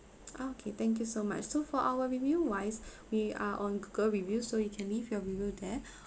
ah okay thank you so much so for our review wise we are on google review so you can leave your review there